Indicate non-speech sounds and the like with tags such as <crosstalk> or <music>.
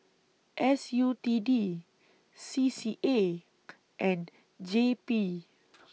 S U T D C C A and J P <noise>